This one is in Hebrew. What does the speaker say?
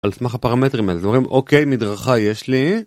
על סמך הפרמטרים האלה, זה אומרים, אוקיי, מדרכה יש לי